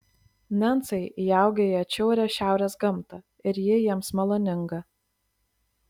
nencai įaugę į atšiaurią šiaurės gamtą ir ji jiems maloninga